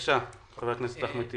בבקשה, חבר הכנסת אחמד טיבי.